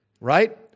right